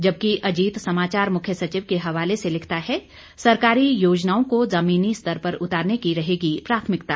जबकि अजीत समाचार मुख्य सचिव के हवाले से लिखता है सरकारी योजनाओं को जमीनी स्तर पर उतारने की रहेगी प्राथमिकता